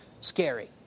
Scary